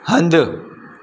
हंधु